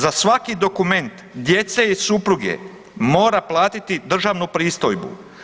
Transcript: Za svaki dokument djece i supruge mora platiti državnu pristojbu.